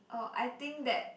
oh I think that